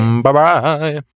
Bye-bye